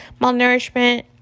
Malnourishment